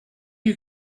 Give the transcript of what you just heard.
you